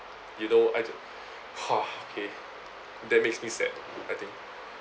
you know I just ha okay that makes me sad I think